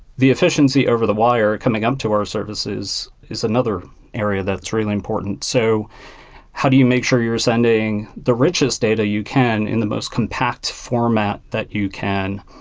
the efficiency over the wire coming up to our services is another area that's really important. so how do you make sure you're sending the richest data you can in the most compact format that you can?